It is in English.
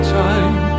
time